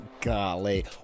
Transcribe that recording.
golly